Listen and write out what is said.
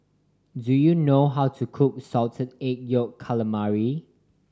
do you know how to cook Salted Egg Yolk Calamari